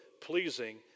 pleasing